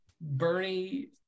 Bernie